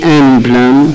emblem